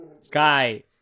Sky